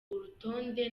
urutonde